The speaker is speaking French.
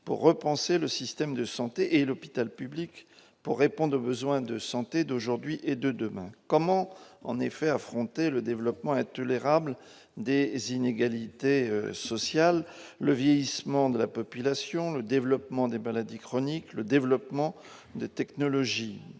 à repenser le système de santé et l'hôpital public, afin de répondre aux besoins de santé d'aujourd'hui et de demain. Comment, en effet, affronter le développement intolérable des inégalités sociales, le vieillissement de la population, le développement des maladies chroniques, celui des technologies